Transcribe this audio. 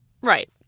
Right